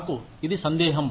నాకు ఇది సందేహం